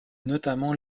notamment